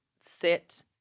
sit